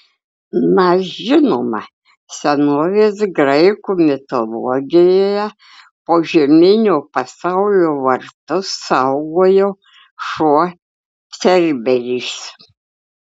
na žinoma senovės graikų mitologijoje požeminio pasaulio vartus saugojo šuo cerberis